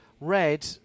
red